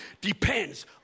depends